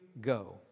go